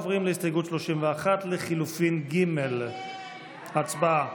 עוברים להסתייגות 31 לחלופין ג' הצבעה.